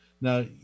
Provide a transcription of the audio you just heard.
Now